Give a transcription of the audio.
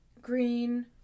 green